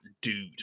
dude